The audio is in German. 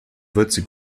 würze